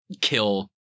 kill